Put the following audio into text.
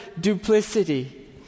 duplicity